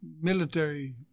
military